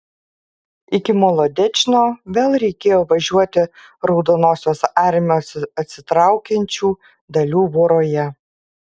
iki molodečno vėl reikėjo važiuoti raudonosios armijos atsitraukiančių dalių voroje